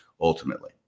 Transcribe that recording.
ultimately